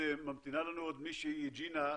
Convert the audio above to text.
ממתינה לנו עוד מישהו, פרופ'